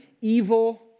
evil